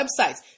websites